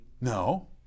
No